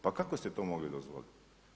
Pa kako ste to mogli dozvoliti?